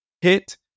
hit